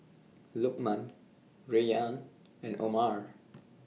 Lukman Rayyan and Omar